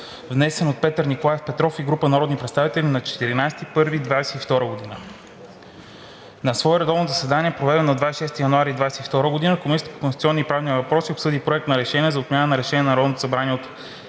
внесен от Петър Николаев Петров и група народни представители на 14 януари 2022 г. На свое редовно заседание, проведено на 26 януари 2022 г., Комисията по конституционни и правни въпроси обсъди Проект на решение за отмяна на Решение на Народното събрание